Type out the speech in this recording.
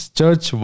Church